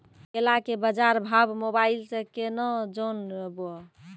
केला के बाजार भाव मोबाइल से के ना जान ब?